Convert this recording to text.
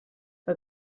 que